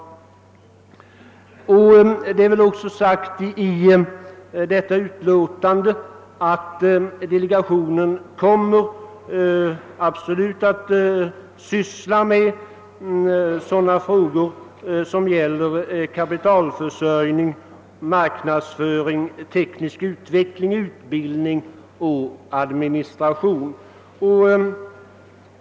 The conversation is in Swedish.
Det har också meddelats, att delegationen kommer att syssla med frågor som gäller, kapitalförsörjning, marknadsföring, teknisk utveckling, utbildning och administration.